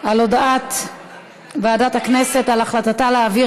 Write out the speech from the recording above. להצבעה על הודעת ועדת הכנסת על החלטתה להעביר